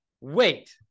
wait